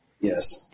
Yes